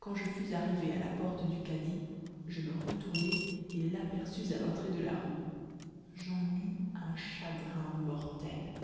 quand je fus arrivé à la porte du cadi je me retournai et l'aperçus à l'entrée de la rue j'en eus un chagrin mortel